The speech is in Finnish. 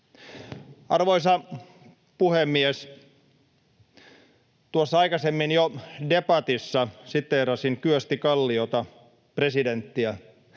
Arvoisa puhemies! Tuossa aikaisemmin jo debatissa siteerasin Kyösti Kalliota, presidenttiä,